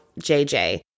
JJ